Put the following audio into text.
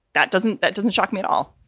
that doesn't that doesn't shock me at all.